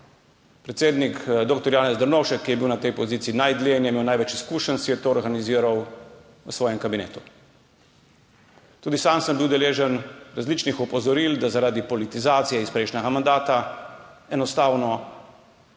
Predsednik dr. Janez Drnovšek, ki je bil na tej poziciji najdlje in je imel največ izkušenj, si je to organiziral v svojem kabinetu. Tudi sam sem bil deležen različnih opozoril, da zaradi politizacije iz prejšnjega mandata enostavno